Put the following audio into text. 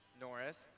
Norris